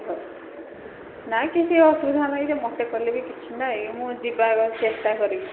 ନାଇଁ କିଛି ଅସୁବିଧା ନାହିଁ ଯେ ମୋତେ କଲେ ବି କିଛି ନାଇଁ ମୁଁ ଯିବା ପାଇଁ ଚେଷ୍ଟା କରିବି